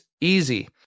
easy